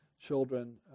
children